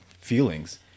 feelings